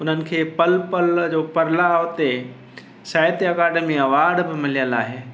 हुनखे पल पल जो प्रलाव ते साहित्य अकाडमी अवॉर्ड बि मिलियल आहे